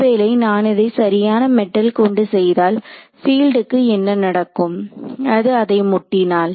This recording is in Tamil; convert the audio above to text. ஒருவேளை நான் இதை சரியான மெட்டல் கொண்டு செய்தால் பீல்டுக்கு என்ன நடக்கும் அது அதை முட்டினால்